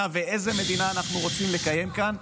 ואיזו מדינה אנחנו רוצים לקיים כאן.